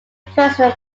personal